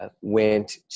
Went